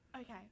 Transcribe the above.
Okay